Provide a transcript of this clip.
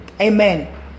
Amen